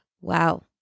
Wow